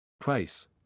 Price